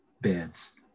beds